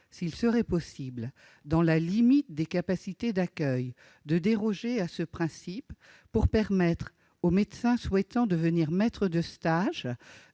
s'il serait possible, dans la limite des capacités d'accueil, de déroger à ce principe pour permettre aux médecins souhaitant devenir maîtres de stage